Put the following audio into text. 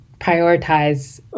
prioritize